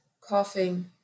coughing